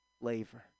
flavor